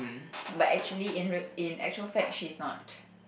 but actually in real in actual fact she's not